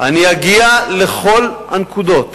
אני אגיע לכל הנקודות.